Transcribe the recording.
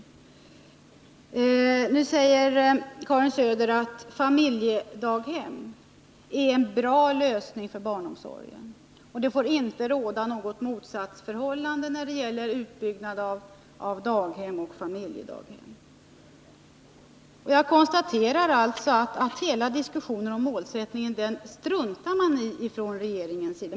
Karin Söder säger att familjedaghem är en bra lösning för barnomsorgen och att det inte får råda något motsatsförhållande när det gäller utbyggnad av daghem och familjedaghem. Jag konstaterar alltså att regeringen struntar i hela diskussionen om målsättningen.